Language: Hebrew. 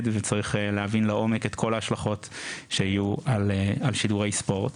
וצריך להבין לעומק את כל ההשלכות שיהיו על שידורי ספורט,